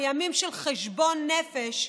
בימים של חשבון נפש,